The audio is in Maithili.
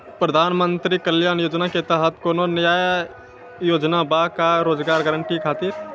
प्रधानमंत्री कल्याण योजना के तहत कोनो नया योजना बा का रोजगार गारंटी खातिर?